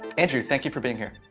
andrew, thank you for being here.